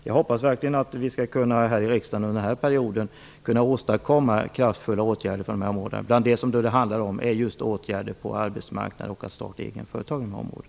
Jag hoppas verkligen att vi här i riksdagen under den här perioden skall kunna åstadkomma kraftfulla åtgärder för dessa områden. Det handlar bl.a. om åtgärder på arbetsmarknadsområdet och för att kunna starta eget.